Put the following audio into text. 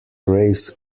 race